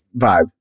vibe